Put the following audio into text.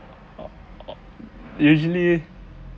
usually